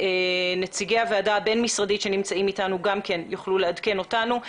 נציגי הוועדה הבין-משרדית שנמצאים אתנו גם כן יוכלו לעדכן אותנו.